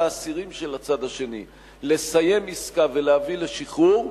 האסירים של הצד השני לסיים עסקה ולהביא לשחרור,